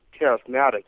charismatic